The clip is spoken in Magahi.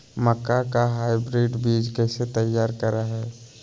मक्का के हाइब्रिड बीज कैसे तैयार करय हैय?